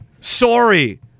Sorry